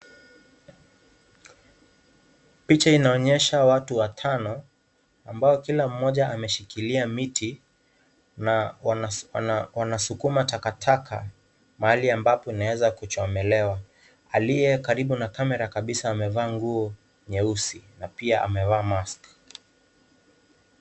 Picha inaonyesha watu watano ambao kila mmoja ameshikilia miti na wanasukuma taka taka mahali ambapo inaweza kuchomelewa, aliye karibu na kamera kabisa amevaa nguo nyeusi na pia amevaa mask .